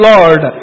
Lord